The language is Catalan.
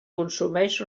consumeix